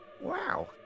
Wow